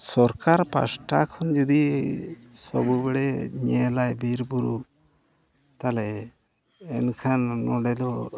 ᱥᱚᱨᱠᱟᱨ ᱯᱟᱥᱴᱟ ᱠᱷᱚᱱ ᱡᱩᱫᱤ ᱥᱚᱵ ᱵᱟᱲᱮ ᱧᱮᱞᱟᱭ ᱵᱤᱨᱼᱵᱩᱨᱩ ᱛᱟᱦᱚᱞᱮ ᱮᱱᱠᱷᱟᱱ ᱚᱸᱰᱮ ᱫᱚ